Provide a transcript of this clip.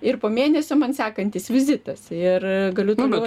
ir po mėnesio man sekantis vizitas ir galiu toliau